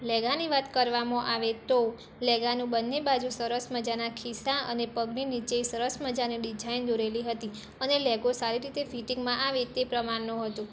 લેંઘાની વાત કરવામાં આવે તો લેંઘાનું બંને બાજુ સરસ મજાના ખિસ્સા અને પગની નીચે સરસ મજાની ડિજાઈન દોરેલી હતી અને લેંઘો સારી રીતે ફિટીંગમાં આવે તે પ્રમાણનો હતો